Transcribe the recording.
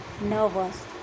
nervous